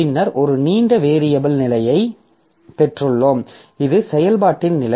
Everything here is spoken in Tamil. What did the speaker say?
பின்னர் ஒரு நீண்ட வேரியபில் நிலையைப் பெற்றுள்ளோம் இது செயல்பாட்டின் நிலை